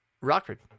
Rockford